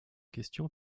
question